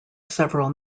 several